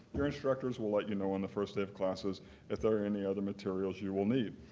your instructors will let you know on the first day of classes if there are any other materials you will need.